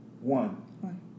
One